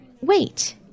wait